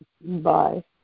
Bye